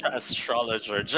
astrologer